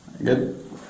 Good